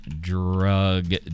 drug